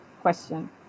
question